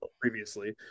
previously